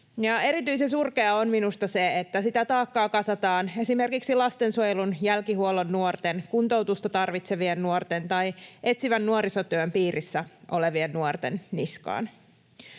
erityisen surkeaa on minusta se, että sitä taakkaa kasataan esimerkiksi lastensuojelun jälkihuollon nuorten, kuntoutusta tarvitsevien nuorten tai etsivän nuorisotyön piirissä olevien nuorten niskaan.